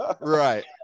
right